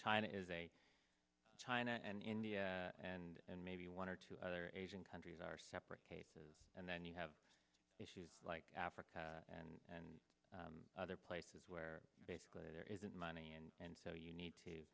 china is a china and india and and maybe one or two other asian countries are separated and then you have issues like africa and other places where basically there isn't money and so you need to